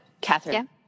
Catherine